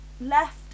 left